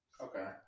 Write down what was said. Okay